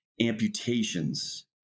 amputations